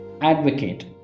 advocate